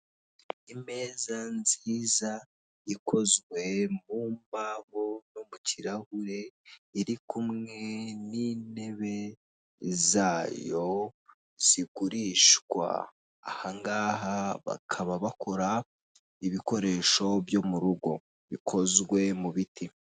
Imeza nziza ikozwe mumbaho no mu kirahure iri kumwe n'intebe zayo zigurishwa ahangaha bakaba bakora ibikoresho byo mu rugo bikozwe mu biti.